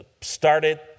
started